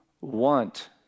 want